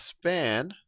span